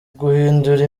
guhindura